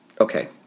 Okay